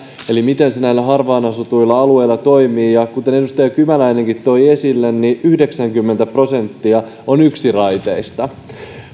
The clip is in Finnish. eli miten se näillä harvaanasutuilla alueilla toimii ja kuten edustaja kymäläinenkin toi esille yhdeksänkymmentä prosenttia on yksiraiteista